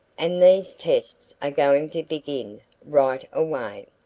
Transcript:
and these tests are going to begin right away.